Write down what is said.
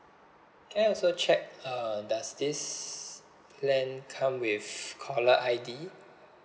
can I also check uh does this plan come with caller I_D